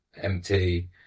empty